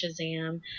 Shazam